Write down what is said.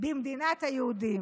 במדינת היהודים.